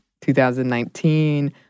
2019